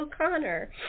O'Connor